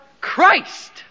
Christ